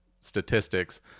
statistics